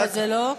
לא, זה לא.